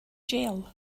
jail